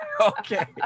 Okay